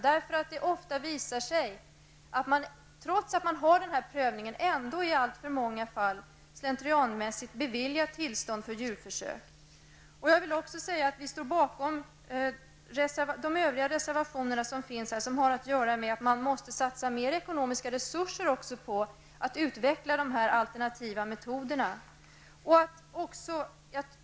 Det visar sig ofta att man trots denna prövning ändå i alltför många fall slentrianmässigt beviljar tillstånd för djurförsök. Jag vill också säga att vi står bakom de övriga reservationer som går ut på att man måste satsa mer ekonomiska resurser på att utveckla de alternativa metoderna.